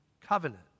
covenant